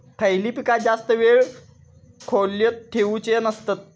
खयली पीका जास्त वेळ खोल्येत ठेवूचे नसतत?